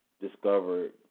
discovered